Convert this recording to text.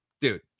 dude